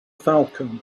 falcon